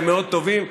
מאוד טובים.